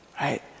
Right